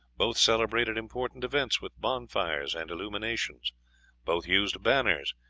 both celebrated important events with bonfires and illuminations both used banners,